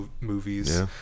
movies